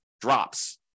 drops